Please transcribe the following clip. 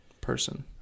person